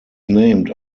named